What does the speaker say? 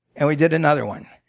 and we did another one.